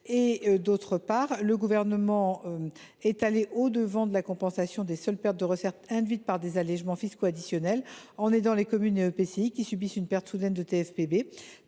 Par ailleurs, le Gouvernement est allé au devant de la compensation des seules pertes de recettes induites par des allégements fisco additionnels, en aidant les communes et les EPCI qui subissent une perte soudaine de TFPB